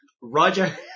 Roger